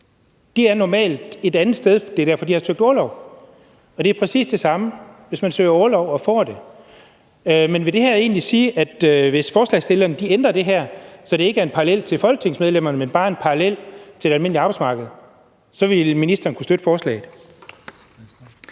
De er normalt et andet sted; det er derfor, de har søgt orlov. Og det er præcis det samme, hvis man søger orlov og får det. Men vil det her egentlig sige, at hvis forslagsstillerne ændrede det her, så det ikke er en parallel til folketingsmedlemmerne, men bare en parallel til det almindelige arbejdsmarked, så ville ministeren kunne støtte forslaget?